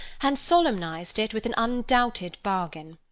and solemnised it with an undoubted bargain.